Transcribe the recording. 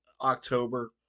October